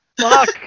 Fuck